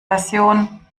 version